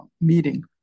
meeting